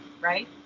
right